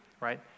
right